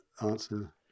answer